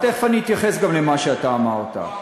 תכף אני אתייחס גם למה שאתה אמרת.